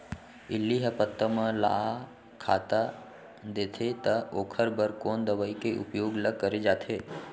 इल्ली ह पत्ता मन ला खाता देथे त ओखर बर कोन दवई के उपयोग ल करे जाथे?